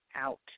out